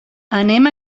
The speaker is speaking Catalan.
anem